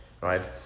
right